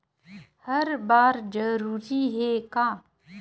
हर बार जरूरी हे का?